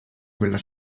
quella